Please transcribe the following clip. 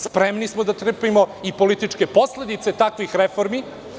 Spremni smo i da trpimo političke posledice takvih reformi.